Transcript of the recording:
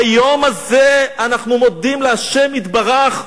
ביום הזה אנחנו מודים לה' יתברך,